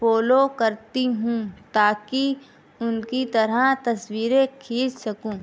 follow کرتی ہوں تاکہ ان کی طرح تصویریں کھینچ سکوں